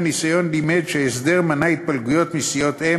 הניסיון לימד שההסדר מנע התפלגויות מסיעות-אם